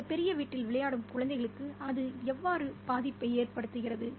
அந்த பெரிய வீட்டில் விளையாடும் குழந்தைகளுக்கு அது எவ்வாறு பாதிப்பை ஏற்படுத்துகிறது